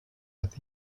with